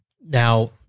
Now